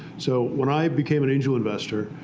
so when i became an angel investor,